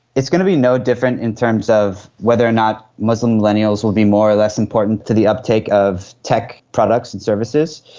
it's going to be no different in terms of whether or not muslim millennials will be a more or less important to the uptake of tech products and services.